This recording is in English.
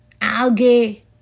algae